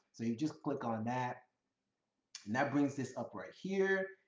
so you just click on that, and that brings this up right here.